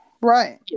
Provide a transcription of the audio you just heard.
Right